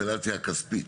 הפרצלציה הכספית.